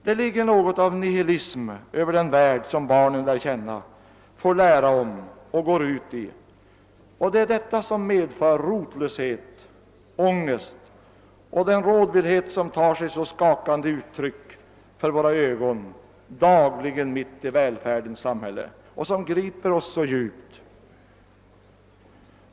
Det ligger något av nihilism över den värld barnen lär känna, får lära om och går ut i, och detta medför den rotlöshet, den ångest och den rådvillhet, som dagligen tar sig så skakande uttryck mitt i välfärdens samhälle och som griper oss så djupt.